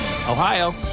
Ohio